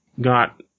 got